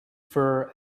for